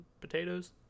potatoes